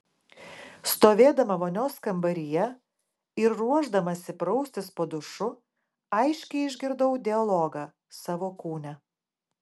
stovėdama vonios kambaryje ir ruošdamasi praustis po dušu aiškiai išgirdau dialogą savo kūne